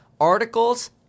articles